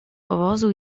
powozu